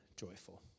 joyful